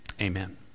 Amen